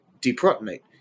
deprotonate